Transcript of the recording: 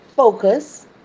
focus